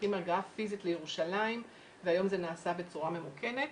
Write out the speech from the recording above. מצריכים הגעה פיזית לירושלים והיום זה נעשה בצורה ממוכנת.